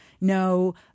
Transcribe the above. no